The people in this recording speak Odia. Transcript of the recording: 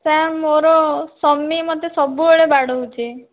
ସାର୍ ମୋର ସ୍ୱାମୀ ମୋତେ ସବୁବେଳେ ବାଡ଼ଉଛି